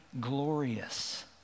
glorious